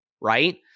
right